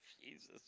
Jesus